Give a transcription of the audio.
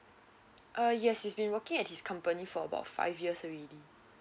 uh yes he's been working at his company for about five years already